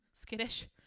skittish